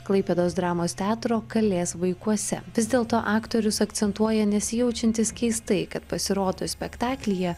klaipėdos dramos teatro kalės vaikuose vis dėlto aktorius akcentuoja nesijaučiantis keistai kad pasirodo spektaklyje